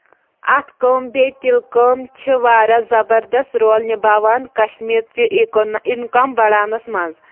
اَتھٕ کٲم بیٚیہِ تِلہٕ کٲم چھِ واریاہ زَبردست رول نِباوان کَشمیٖرچہِ اِکون اِنکَم بَڑاونَس منٛز